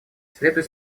следует